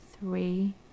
three